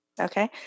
Okay